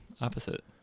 Opposite